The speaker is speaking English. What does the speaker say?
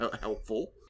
helpful